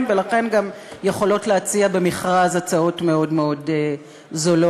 ולכן גם יכולות להציע במכרז הצעות מאוד מאוד זולות.